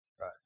Right